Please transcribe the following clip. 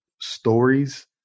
stories